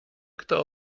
kto